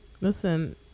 listen